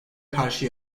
karşı